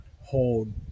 hold